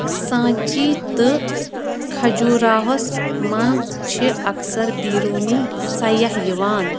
سانچی تہٕ کھجوراہوَس منٛز چھِ اکثر بیرونی سیاح یِوان